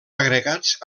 agregats